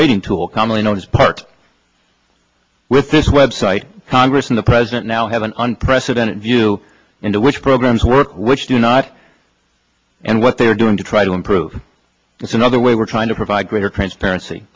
rating tool commonly known as part with this website congress and the president now have an unprecedented view into which programs work which do not and what they are doing to try to improve another way we're trying to provide greater transparency